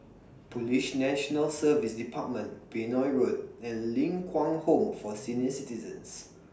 Police National Service department Benoi Road and Ling Kwang Home For Senior Citizens